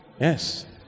Yes